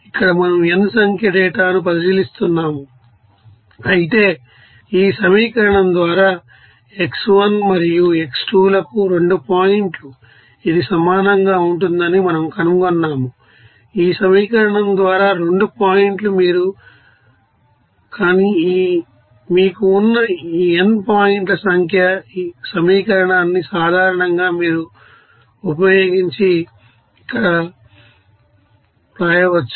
ఇక్కడ మనము n సంఖ్య డేటాను పరిశీలిస్తున్నాము అయితే ఈ సమీకరణం ద్వారా x1 మరియు x2 లకు 2 పాయింట్లు ఇది సమానంగా ఉంటుందని మనము కనుగొన్నాము ఈ సమీకరణం ద్వారా 2 పాయింట్లు మీరు ఈ కానీ మీకు ఉన్న n పాయింట్ల సంఖ్య ఈ సమీకరణాన్నిసాధారణంగా మీరు ఈ ఉపయోగించి ఇక్కడ వ్రాయవచ్చు